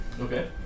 Okay